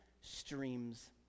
streams